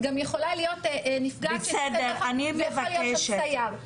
גם יכולה להיות נפגעת שנמצאת ברחוב ויכול להיות שם סייר.